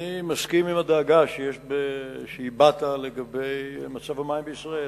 אני מסכים לדאגה שהבעת לגבי מצב המים בישראל.